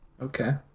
Okay